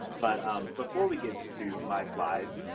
but um before we get to my slides,